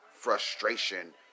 frustration